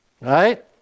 right